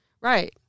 Right